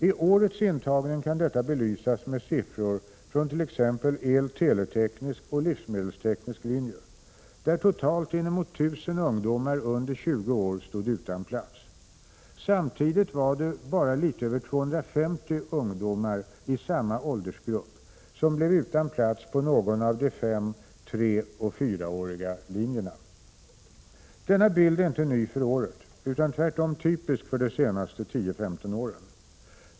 I årets intagning kan detta belysas med siffror från t.ex. el-teleteknisk och livsmedelsteknisk linje, där totalt inemot 1 000 ungdomar under 20 år stod utan plats. Samtidigt var det bara litet över 250 ungdomar i samma åldersgrupp som blev utan plats på någon av de fem treoch fyraåriga linjerna. Denna bild är inte ny för året utan tvärtom typisk för de senaste 10—15 åren.